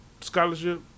scholarship